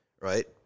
right